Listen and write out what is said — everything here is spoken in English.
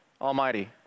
Almighty